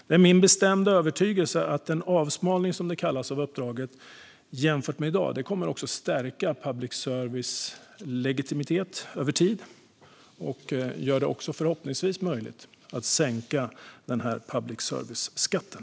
Det är min bestämda övertygelse att en avsmalning av uppdraget, som det kallas, också kommer att stärka public services legitimitet över tid, och det gör det förhoppningsvis också möjligt att sänka public service-skatten.